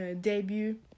debut